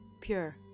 Pure